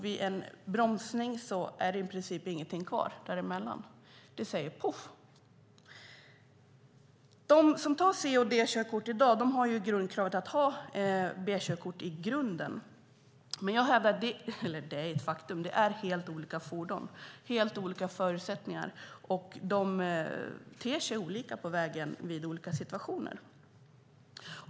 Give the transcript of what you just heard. Vid en bromsning är det i princip ingenting kvar däremellan - det säger poff. De som tar C och D-körkort i dag har ju kravet att ha B-körkort i grunden. Faktum är att det är helt olika fordon, helt olika förutsättningar, och att de beter sig olika på vägen vid olika situationer.